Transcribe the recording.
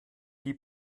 die